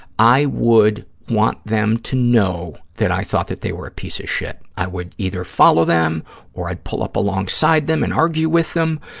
i would want them to know that i thought that they were a piece of shit. i would either follow them or i'd pull up alongside them and argue with them.